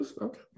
Okay